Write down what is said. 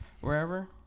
wherever